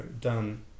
done